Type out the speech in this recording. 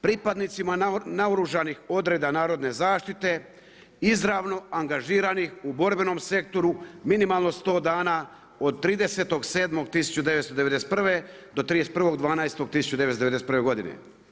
Pripadnicima naoružanih odreda narodne zaštite izravno angažiranih u borbenom sektoru, minimalno sto dana, od 30.7.1991. do 31.12.1991. godine.